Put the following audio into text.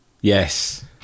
yes